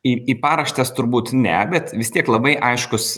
į į paraštes turbūt ne bet vis tiek labai aiškus